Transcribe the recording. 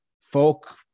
folk